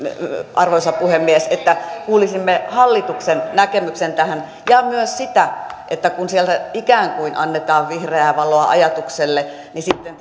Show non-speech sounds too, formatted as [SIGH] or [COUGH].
arvoisa puhemies että kuulisimme hallituksen näkemyksen tähän ja myös sitä että kun sieltä ikään kuin annetaan vihreää valoa ajatukselle niin sitten [UNINTELLIGIBLE]